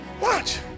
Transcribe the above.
Watch